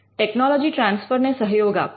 technology transfer ને સહયોગ આપવો